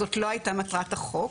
זאת לא הייתה מטרת החוק.